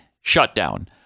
shutdown